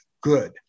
good